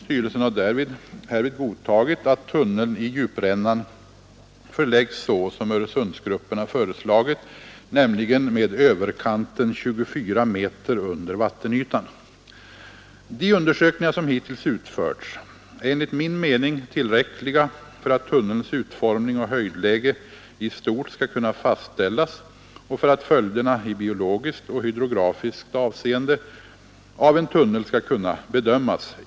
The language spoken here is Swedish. Styrelsen har härvid godtagit att tunneln i djuprännan förläggs så som Öresundsgrupperna föreslagit, nämligen med överkanten 24 meter under vattenytan. De undersökningar som hittills utförts är enligt min mening tillräckliga för att tunnelns utformning och höjdläge i stort skall kunna fastställas och för att följderna i biologiskt och hydrografiskt avseende av en tunnel skall kunna bedömas.